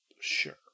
Sure